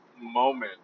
moment